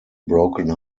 broken